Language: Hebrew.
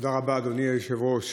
תודה רבה, אדוני היושב-ראש.